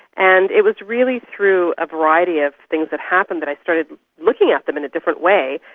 and it was really through a variety of things that happened that i started looking at them in a different way.